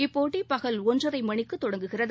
இப்போட்டி பகல் ஒன்றரை மணிக்கு தொடங்குகிறது